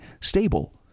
stable